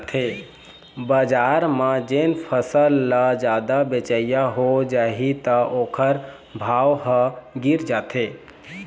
बजार म जेन फसल ल जादा बेचइया हो जाही त ओखर भाव ह गिर जाथे